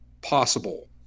possible